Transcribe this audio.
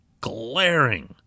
glaring –